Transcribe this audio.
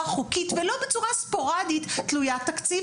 חוקית ולא בצורה ספורדית תלוית תקציב,